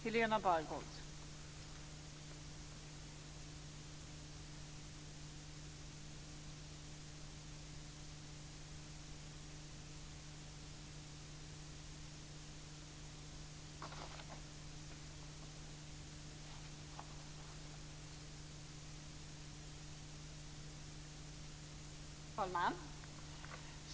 Fru talman!